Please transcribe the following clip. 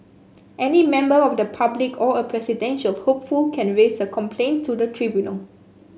any member of the public or a presidential hopeful can raise a complaint to the tribunal